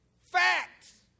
Facts